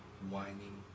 whining